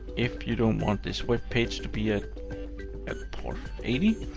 if you don't want this web page to be at at port eighty,